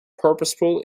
purposeful